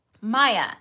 Maya